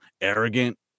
arrogant